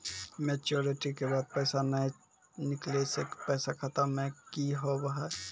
Maturity के बाद पैसा नए निकले से पैसा खाता मे की होव हाय?